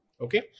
Okay